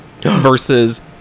versus